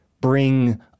bring